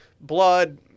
blood –